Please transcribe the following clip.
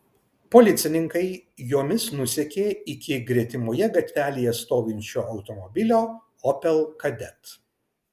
policininkai jomis nusekė iki gretimoje gatvelėje stovinčio automobilio opel kadett